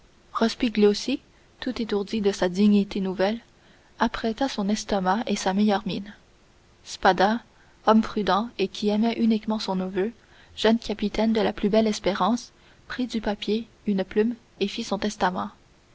réputation rospigliosi tout étourdi de sa dignité nouvelle apprêta son estomac et sa meilleure mine spada homme prudent et qui aimait uniquement son neveu jeune capitaine de la plus belle espérance prit du papier une plume et fit son testament